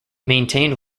maintained